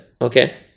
Okay